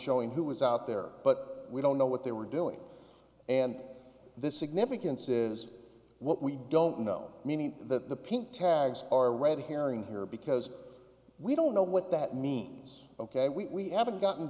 showing who was out there but we don't know what they were doing and this significance is what we don't know meaning that the pink tags are red herring here because we don't know what that means ok we haven't gotten